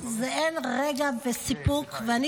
אין רגע כזה של סיפוק.